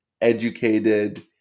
educated